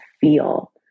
feel